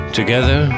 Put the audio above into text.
Together